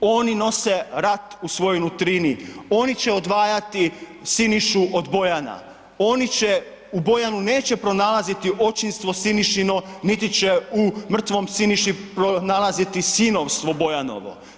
Oni nose rat u svojoj nutrini, oni će odvajati Sinišu od Bojana, oni će u Bojanu neće pronalaziti očinstvo Sinišino niti će u mrtvom Siniši pronalaziti sinovstvo Bojanovo.